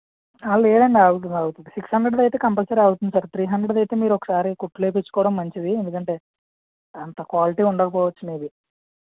లేదండి అవుతుంది అవుతుంది సిక్స్ హండ్రెడ్లో అయితే కంపల్సరీ అవుతుంది సార్ త్రీ హండ్రెడ్ది అయితే మీరు ఒకసారి కుట్లు వేయించుకోవడం మంచిది ఎందుకంటే అంత క్వాలిటీ ఉండకపోవచ్చు మేబి